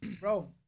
bro